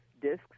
discs